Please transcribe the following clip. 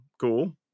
cool